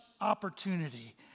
opportunity